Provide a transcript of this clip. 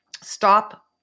Stop